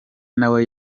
nawe